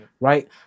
right